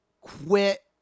Quit